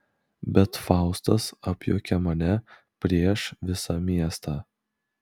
bet faustas apjuokia mane prieš visą miestą